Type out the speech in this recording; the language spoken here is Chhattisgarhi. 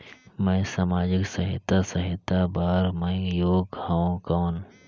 मैं समाजिक सहायता सहायता बार मैं योग हवं कौन?